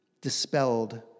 dispelled